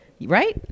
right